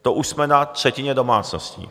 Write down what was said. To už jsme na třetině domácností.